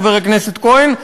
חבר הכנסת כהן,